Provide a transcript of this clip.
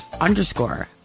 underscore